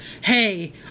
Hey